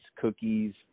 cookies